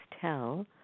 Tell